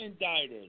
indicted